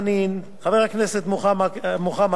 חבר הכנסת מוחמד ברכה,